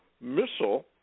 missile